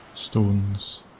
stones